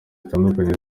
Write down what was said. zitandukanye